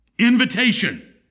Invitation